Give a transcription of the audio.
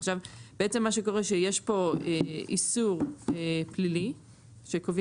עכשיו בעצם מה שקרוה שיש פה איסור פלילי שקובעים